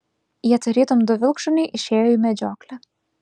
jie tarytum du vilkšuniai išėjo į medžioklę